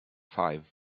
five